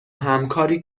همکاری